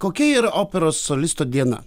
kokia yra operos solisto diena